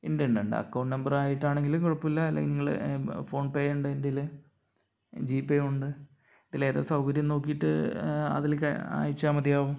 ഉണ്ട് ഉണ്ട് ഉണ്ട് അക്കൌണ്ട് നമ്പറായിട്ടാണെങ്കിലും കുഴപ്പമില്ല അല്ലെങ്കിൽ നിങ്ങൾ ഫോൺപേ ഉണ്ട് എൻ്റെ ഇതിൽ ജിപേയും ഉണ്ട് ഇതിലേതാണ് സൗകര്യം നോക്കിയിട്ട് അതിലേക്ക് അയച്ചാൽ മതിയാകും